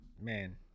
Man